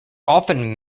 often